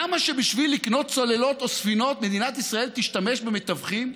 למה שבשביל לקנות צוללות או ספינות מדינת ישראל תשתמש במתווכים?